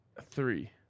Three